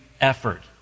effort